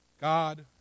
God